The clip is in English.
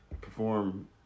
perform